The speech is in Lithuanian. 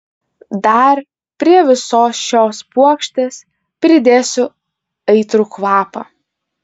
dar prie visos šios puokštės pridėsiu aitrų kvapą